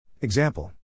Example